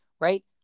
right